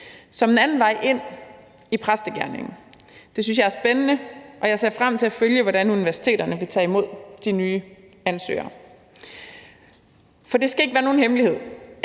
som en anden vej ind i præstegerningen. Det synes jeg er spændende, og jeg ser frem til at følge, hvordan universiteterne vil tage imod de nye ansøgere. Kl. 14:11 For det skal ikke være nogen hemmelighed,